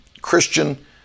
Christian